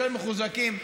יותר מחוזקים.